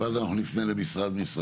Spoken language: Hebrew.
ואז אנחנו נפנה למשרד-משרד,